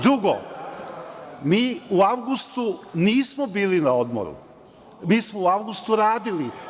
Drugo, mi u avgustu nismo bili na odmoru, mi smo u avgustu radili.